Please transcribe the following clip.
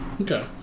Okay